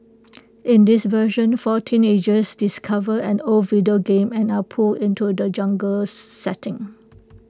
in this version four teenagers discover an old video game and are pulled into the jungle setting